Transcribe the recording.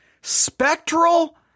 Spectral